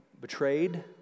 betrayed